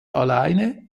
alleine